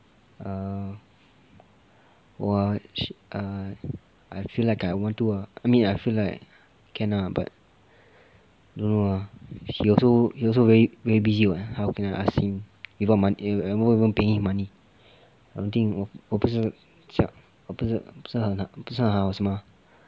err 我 sh~ err I feel like I want to ah I mean I feel like can ah but I don't know lah he also he also very very busy [what] how can I ask him without mo- I won't even pay him money 我不是不是不是很好是吗